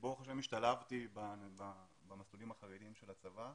ברוך-השם השתלבתי במסלולים החרדיים של הצבא.